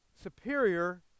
superior